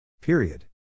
Period